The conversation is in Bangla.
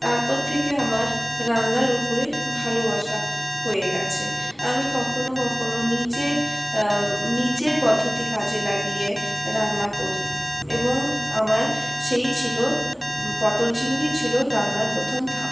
তারপর থেকে আমার রান্নার উপরে ভালোবাসা হয়ে গেছে আমি কখনো কখনো নিজের নিজের পদ্ধতি কাজে লাগিয়ে রান্না করি এবং আমার সেই ছিল পটল চিংড়িই ছিল রান্নার প্রথম ধাপ